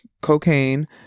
cocaine